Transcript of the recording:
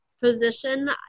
position